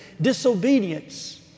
disobedience